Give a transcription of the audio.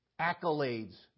accolades